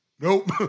Nope